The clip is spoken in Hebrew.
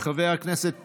חבר הכנסת פינדרוס,